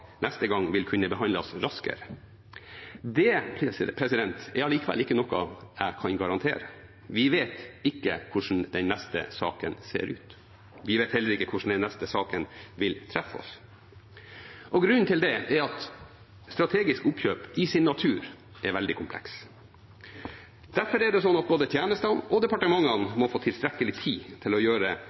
neste gang vil kunne behandles raskere. Det er allikevel ikke noe jeg kan garantere. Vi vet ikke hvordan den neste saken ser ut, vi vet heller ikke hvordan den neste saken vil treffe oss, og grunnen til det er at strategisk oppkjøp i sin natur er veldig kompleks. Derfor er det sånn at både tjenestene og departementene må få tilstrekkelig tid til å gjøre